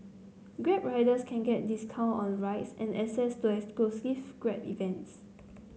grab riders can get discount on rides and assess to exclusive grab events